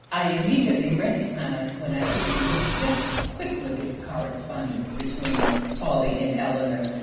i immediately recognized when i took a look just a quick look at the correspondence between pauli and eleanor,